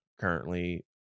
currently